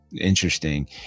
Interesting